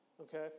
Okay